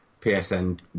PSN